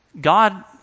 God